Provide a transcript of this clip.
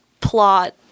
plot